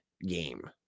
game